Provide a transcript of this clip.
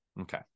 Okay